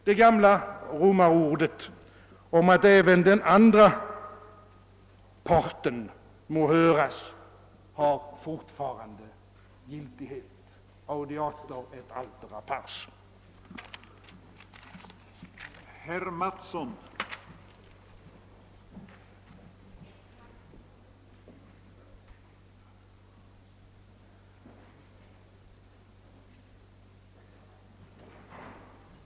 Det gamla romarordet om att även den andra parten må höras har fortfarande giltighet: Audiatur et altera pars.